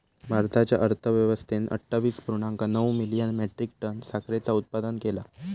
भारताच्या अर्थव्यवस्थेन अट्ठावीस पुर्णांक नऊ मिलियन मेट्रीक टन साखरेचा उत्पादन केला